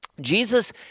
Jesus